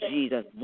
Jesus